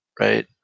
right